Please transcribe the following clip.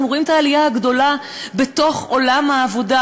אנחנו רואים את העלייה הגדולה בתוך עולם העבודה,